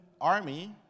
army